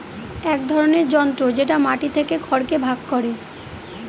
এক ধরনের যন্ত্র যেটা মাটি থেকে খড়কে ভাগ করে